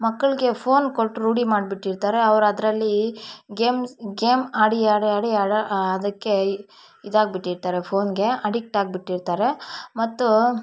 ಮಕ್ಕಳಿಗೆ ಫೋನ್ ಕೊಟ್ಟು ರೂಢಿ ಮಾಡಿಬಿಟ್ಟಿರ್ತಾರೆ ಅವ್ರು ಅದರಲ್ಲಿ ಗೇಮ್ಸ್ ಗೇಮ್ ಆಡಿ ಆಡಿ ಆಡಿ ಆಡಿ ಅದಕ್ಕೆ ಇದಾಗಿಬಿಟ್ಟಿರ್ತಾರೆ ಫೋನ್ಗೆ ಅಡಿಕ್ಟಾಗಿಬಿಟ್ಟಿರ್ತಾರೆ ಮತ್ತು